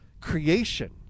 Creation